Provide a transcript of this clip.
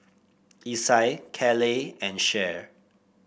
Isai Caleigh and Cher